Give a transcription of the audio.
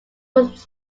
was